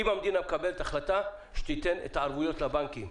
אם המדינה מקבלת החלטה, שתתן את הערבויות לבנקים.